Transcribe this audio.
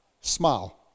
Smile